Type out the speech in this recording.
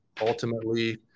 ultimately